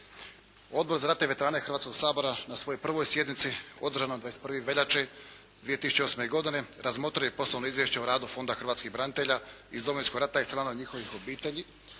Odbor za ratne veterane Hrvatskog sabora na svojoj 1. sjednici održanoj 21. veljače 2008. godine razmotrilo je poslovno izvješće o radu Fonda hrvatskih branitelja iz Domovinskog rata i članova njihovih obitelji